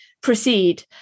proceed